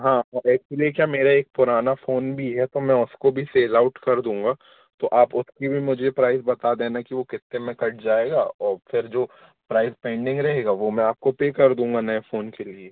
हाँ और एक्चुली क्या मेरा एक पुराना फ़ोन भी है तो मैं उसको भी सेल आउट कर दूँगा तो आप उसकी भी मुझे प्राइज़ बता देना कि वो कितने में कट जाएगा और फिर जो प्राइज़ पेंडिंग रहेगा वह मैं आपको पे कर दूँगा नए फ़ोन के लिए